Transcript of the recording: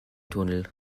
tunnel